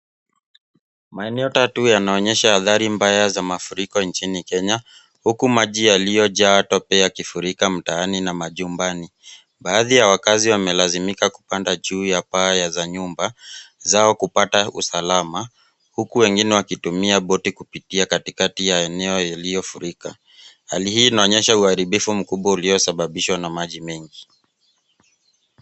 Maeneo tatu yanaonyesha athari mbaya ya mafuriko katika nchini Kenya huku maji yaliyojaa tope yakifurika mitaani na majumbani. Baadhi ya wakazi wamelazimika kupanda juu ya paa la nyumba zao kupata usalama huku wengine wakitumia boti kupitia katikati ya eneo iliyofurika. Hali hii inaonyesha uharibivu mkubwa uliosababishwa na maji mengi.